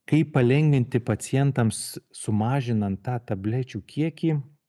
kaip palengvinti pacientams sumažinant tą tablečių kiekį